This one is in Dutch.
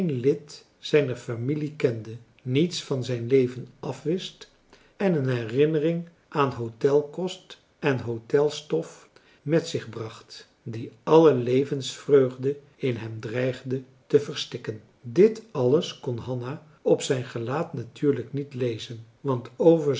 lid zijner familie kende niets van zijn leven afwist en een herinnering aan hôtelkost en hôtelstof met zich bracht die alle levensvreugde in hem dreigde te verstikken dit alles kon hanna op zijn gelaat natuurlijk niet lezen want over